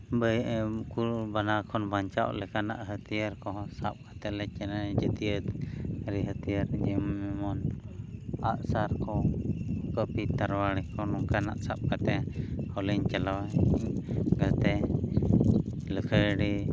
ᱠᱩᱞ ᱵᱟᱱᱟ ᱠᱷᱚᱱ ᱵᱟᱧᱪᱟᱜ ᱞᱮᱠᱟᱱᱟᱜ ᱦᱟᱹᱛᱤᱭᱟᱹᱨ ᱠᱚᱦᱚᱸ ᱥᱟᱵ ᱠᱟᱛᱮᱫ ᱞᱮ ᱦᱟᱹᱛᱤᱭᱟᱹᱨ ᱡᱮᱢᱚᱱ ᱟᱜᱼᱥᱟᱨ ᱠᱚ ᱠᱟᱹᱯᱤ ᱛᱟᱨᱣᱟᱲᱤ ᱠᱚ ᱱᱚᱝᱠᱟᱱᱟᱜ ᱥᱟᱵ ᱠᱟᱛᱮᱫ ᱦᱚᱸᱞᱤᱧ ᱪᱟᱞᱟᱣᱟ ᱤᱱᱟᱹᱛᱮ ᱞᱮᱠᱷᱟᱡ ᱟᱹᱰᱤ